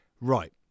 Right